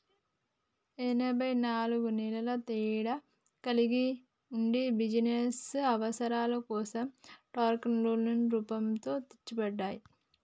ఎనబై నాలుగు నెలల తేడా కలిగి ఉండి బిజినస్ అవసరాల కోసం టర్మ్ లోన్లు రూపొందించబడ్డాయి